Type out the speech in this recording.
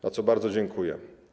Za to bardzo dziękuję.